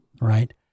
Right